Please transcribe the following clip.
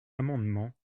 amendement